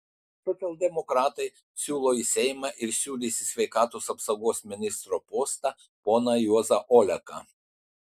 socialdemokratai siūlo į seimą ir siūlys į sveikatos apsaugos ministro postą poną juozą oleką